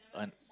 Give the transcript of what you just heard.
on